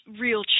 real